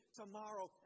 tomorrow